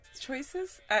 choices